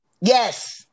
Yes